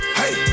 hey